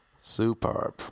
Superb